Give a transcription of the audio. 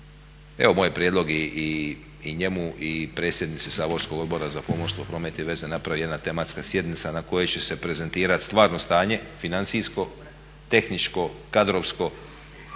evo moj prijedlog i njemu i predsjednici saborskog Odbora za pomorstvo, promet i veze napravi jedna tematska sjednica na kojoj će se prezentirati stvarno stanje financijsko, tehničko, kadrovsko,